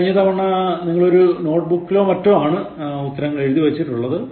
കഴിഞ്ഞ തവണ നിങ്ങൾ ഒരു നോട്ട്ബുക്കിലോ മറ്റോ ഉത്തരങ്ങൾ എഴുതി വച്ചിട്ടുണ്ട്